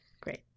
great